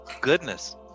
Goodness